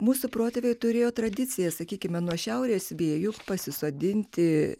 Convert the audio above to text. mūsų protėviai turėjo tradiciją sakykime nuo šiaurės vėjus pasisodinti